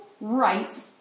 right